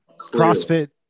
CrossFit